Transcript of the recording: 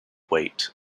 weight